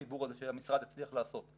החיבור הזה שהמשרד הצליח לעשות,